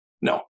No